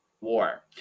war